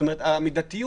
מאה אחוז.